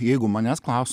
jeigu manęs klaus